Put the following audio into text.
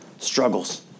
struggles